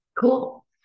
Cool